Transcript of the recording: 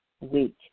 week